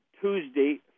Tuesday